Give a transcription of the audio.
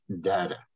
data